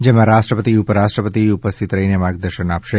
જેમાં રાષ્ટ્રપતિ ઉપરરાષ્ટ્રપતિ ઉપસ્થિત રહીને માર્ગદર્શન આપશે